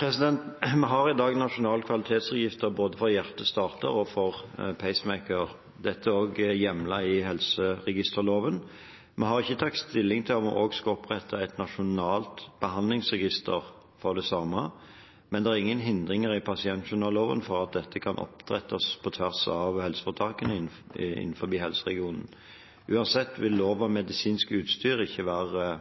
Vi har i dag nasjonalt kvalitetsregister både for hjertestartere og for pacemakere. Dette er også hjemlet i helseregisterloven. Vi har ikke tatt stilling til om vi også skal opprette et nasjonalt behandlingsregister for det samme, men det er ingen hindringer i pasientjournalloven for at dette kan opprettes på tvers av helseforetakene innenfor helseregionen. Uansett vil lov om medisinsk utstyr ikke være